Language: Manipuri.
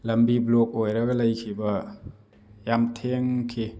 ꯂꯝꯕꯤ ꯕ꯭ꯂꯣꯛ ꯑꯣꯏꯔꯒ ꯂꯩꯈꯤꯕ ꯌꯥꯝ ꯊꯦꯡꯅꯈꯤ